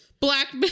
Black